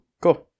Cool